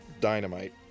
dynamite